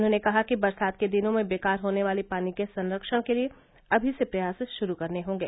उन्होंने कहा कि बरसात के दिनों में बेकार होने वाले पानी के संरक्षण के लिये अभी से प्रयास शुरू करने होंगे